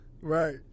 Right